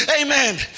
amen